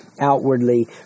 outwardly